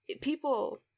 people